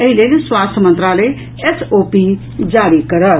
एहि लेल स्वास्थ्य मंत्रालय एसओपी जारी करत